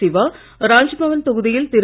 சிவா ராஜ்பவன் தொகுதியில் திரு